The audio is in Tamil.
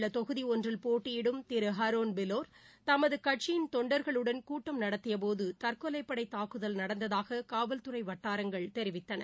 உள்ளதொகுதி ஒன்றில் பெஷாவரில் போட்டியிடும் திருஹரோன் பிலோர் தமகுகட்சியின் தொண்டர்களுடன் கூட்டம் நடத்தியபோதுதற்கொலைபடைதாக்குதல் நடந்ததாககாவல்துறைவட்டாரங்கள் தெரிவித்தன